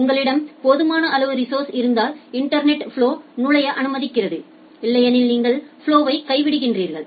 உங்களிடம் போதுமான அளவு ரிஸோஸர்ஸ் இருந்தால் இன்டர்நெட்டில் ஃபலொவை நுழைய அனுமதிக்கிறீர்கள் இல்லையெனில் நீங்கள் ஃபலொவை கைவிடுகிறீர்கள்